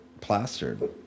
plastered